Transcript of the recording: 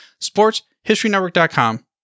sportshistorynetwork.com